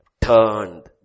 turned